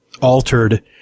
altered